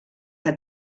que